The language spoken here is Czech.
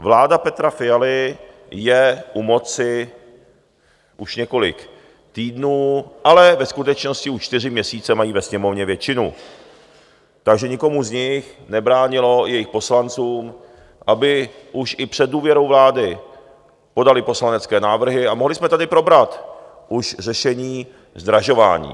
Vláda Petra Fialy je u moci už několik týdnů, ale ve skutečnosti už čtyři měsíce mají ve Sněmovně většinu, takže nikomu z nich nebránilo, jejich poslancům, aby už i před důvěrou vlády podali poslanecké návrhy, a mohli jsme tady probrat už řešení zdražování.